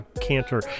canter